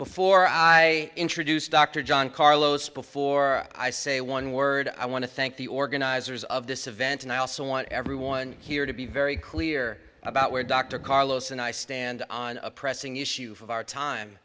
before i introduce dr john carlos before i say one word i want to thank the organizers of this event and i also want everyone here to be very clear about where dr carlos and i stand on a pressing issue of our time